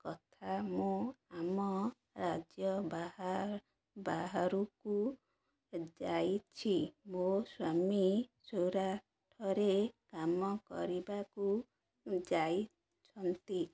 କଥା ମୁଁ ଆମ ରାଜ୍ୟ ବା ବାହାରକୁ ଯାଇଛି ମୋ ସ୍ୱାମୀ ସୁରାଟରେ କାମ କରିବାକୁ ଯାଇଛନ୍ତି